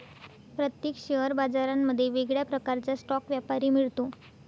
प्रत्येक शेअर बाजारांमध्ये वेगळ्या प्रकारचा स्टॉक व्यापारी मिळतो